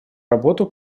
работу